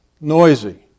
noisy